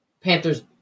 Panthers